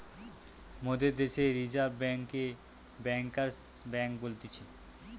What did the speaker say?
মোদের দ্যাশে রিজার্ভ বেঙ্ককে ব্যাঙ্কার্স বেঙ্ক বলতিছে